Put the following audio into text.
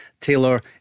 Taylor